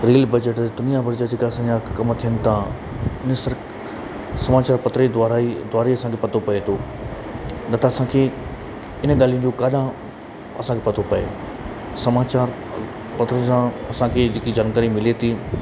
rail budget दुनिया भर जा असांजा जेका कम थियनि था उन सर समाचार पत्र द्वारा ई द्वारा ई असांखे पतो पए थो न त असांखे इन ॻाल्हियुनि जो किथां पतो पए समाचार पत्र सां असांखे जेकी जानकारी मिले थी